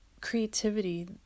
creativity